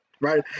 right